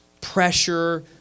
pressure